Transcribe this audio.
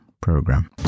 program